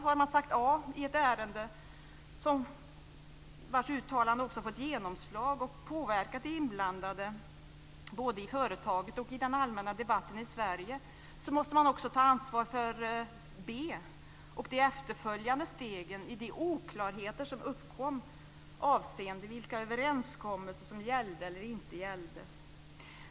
Har man sagt A i ett ärende som faktiskt fick genomslag och påverkade de inblandade, både i företaget och i den allmänna debatten i Sverige, måste man också ta ansvar för B och de efterföljande stegen i de oklarheter som uppkom avseende vilka överenskommelser som gällde respektive inte gällde.